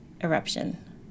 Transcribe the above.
eruption